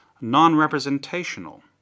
non-representational